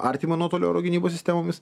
artimo nuotolio oro gynybos sistemomis